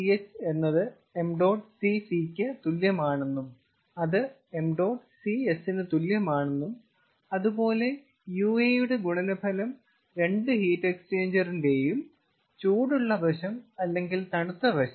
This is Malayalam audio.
𝑚̇Ch എന്നത് 𝑚̇Cc ക്ക് തുല്യമാണെന്നും അത് 𝑚̇Cs നും തുല്യമാണെന്നും അതുപോലെ UA യുടെ ഗുണനഫലം രണ്ടു ഹീറ്റ് എക്സ്ചേഞ്ചറിന്റെയും ചൂടുള്ള വശം അല്ലെങ്കിൽ തണുത്ത വശം